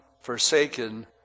forsaken